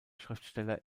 schriftsteller